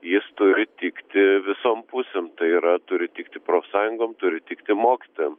jis turi tikti visom pusėm tai yra turi tikti profsąjungom turi tikti mokytojam